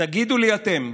תגידו לי אתם,